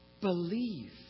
believe